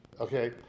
okay